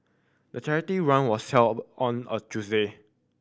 the charity run was held on a Tuesday